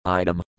item